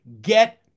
get